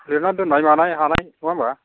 लिरना दोननाय मानाय हानाय नङा होनबा